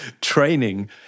training